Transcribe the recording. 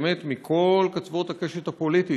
באמת מכל קצוות הקשת הפוליטית,